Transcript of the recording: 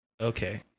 Okay